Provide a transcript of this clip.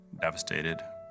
devastated